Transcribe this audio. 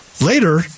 Later